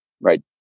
right